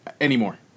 anymore